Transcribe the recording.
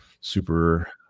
super